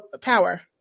power